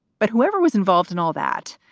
but whoever was involved in all that,